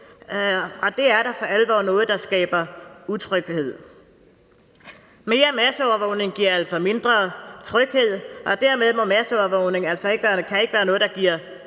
og det er da for alvor noget, der skaber utryghed. Mere masseovervågning giver altså mindre tryghed, og dermed kan masseovervågning